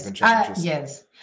Yes